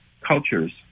cultures